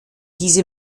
diese